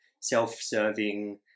self-serving